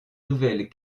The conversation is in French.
nouvelles